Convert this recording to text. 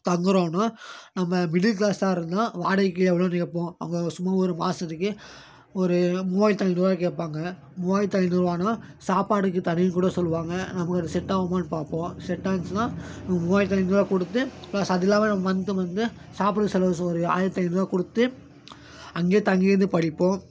தங்குறோம்னா நம்ம மிடில் க்ளாஸாக இருந்தால் வாடகைக்கு எவ்வளோன்னு கேட்போம் அங்கே சும்மா ஒரு மாசத்துக்கு ஒரு மூவாயிரத்து ஐநூறுரூவா கேட்பாங்க மூவாயிரத்து ஐநூறுரூவான்னா சாப்பாடுக்கு தனி கூட சொல்வாங்க நமக்கு அது செட்டாகுமான்னு பார்ப்போம் செட் ஆனுச்சுன்னா மூவாயிரத்து ஐநூறுரூவா கொடுத்து ப்ளஸ் அதுவும் இல்லாமல் நம்ம மந்த்து மந்த்து சாப்புடுற செலவு ஒரு ஆயிரத்தி ஐநூறுரூவா கொடுத்து அங்கே தங்கியிருந்து படிப்போம்